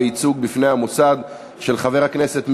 עברה.